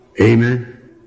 Amen